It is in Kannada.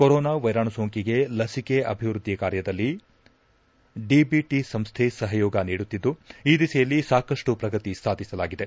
ಕೊರೋನಾ ವೈರಾಣು ಸೋಂಕಿಗೆ ಲಸಿಕೆ ಅಭಿವೃದ್ದಿ ಕಾರ್ಯದಲ್ಲಿ ಡಿಬಿಟ ಸಂಸ್ಟೆ ಸಪಯೋಗ ನೀಡುತ್ತಿದ್ದು ಈ ದಿಸೆಯಲ್ಲಿ ಸಾಕಷ್ಟು ಪ್ರಗತಿ ಸಾಧಿಸಲಾಗಿದೆ